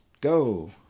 Go